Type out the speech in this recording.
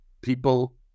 people